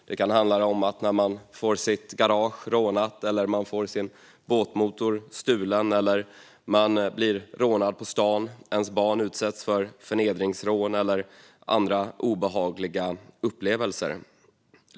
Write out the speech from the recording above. Det kan handla om att man får sitt garage rånat eller sin båtmotor stulen, eller man blir rånad på stan, ens barn utsätts för förnedringsrån eller andra obehagliga upplevelser.